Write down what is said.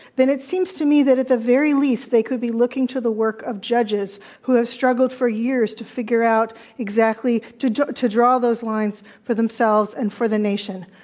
then it seems to me that at the very least, they could be looking to the work of judges who have struggled for years to figure out exactly to draw to draw those lines for themselves and for the nation.